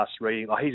reading